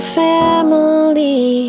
family